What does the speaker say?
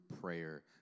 prayer